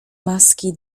maski